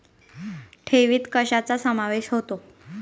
ठेवीत कशाचा समावेश होतो?